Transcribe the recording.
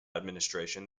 administration